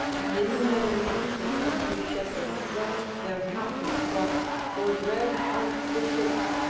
and in the meadows the country shepherds left their countless flocks for dread of the ships,